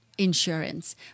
insurance